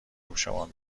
گوشمان